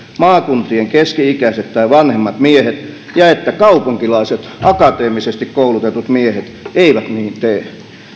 maakuntien keski ikäiset tai vanhemmat miehet ja että kaupunkilaiset akateemisesti koulutetut miehet eivät niin tee